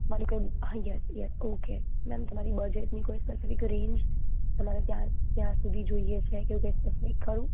મન હા yes yes okay ma'am તમારી બજેટની કોઈ સ્પેફીક રેન્જ તમારે ત્યાં ત્યાં સુધી જોઈએ છે કે એવું કાંઈ ખરું